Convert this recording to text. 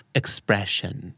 expression